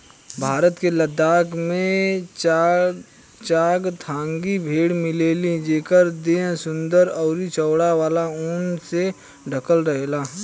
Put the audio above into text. भारत के लद्दाख में चांगथांगी भेड़ मिलेली जेकर देह सुंदर अउरी चौड़ा वाला ऊन से ढकल रहेला